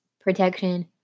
protection